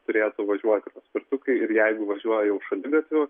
turėtų važiuoti paspirtukai ir jeigu važiuoja jau šaligatviu